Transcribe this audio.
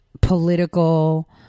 political